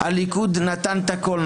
הליכוד נתן את הכול,